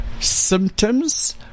Symptoms